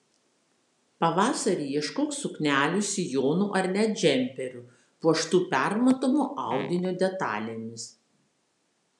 pavasarį ieškok suknelių sijonų ar net džemperių puoštų permatomo audinio detalėmis